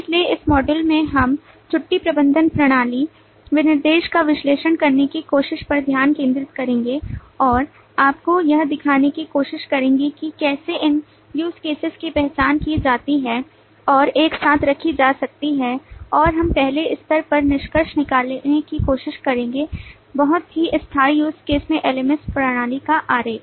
इसलिए इस मॉड्यूल में हम छुट्टी प्रबंधन प्रणाली विनिर्देश का विश्लेषण करने की कोशिश पर ध्यान केंद्रित करेंगे और आपको यह दिखाने की कोशिश करेंगे कि कैसे इन use cases की पहचान की जा सकती है और एक साथ रखी जा सकती है और हम पहले स्तर पर निष्कर्ष निकालने की कोशिश करेंगे बहुत ही अस्थायी use case में LMS प्रणाली का आरेख